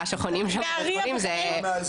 קודם כל, אפשר לטייל באיכילוב, אבל לא מומלץ.